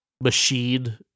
machine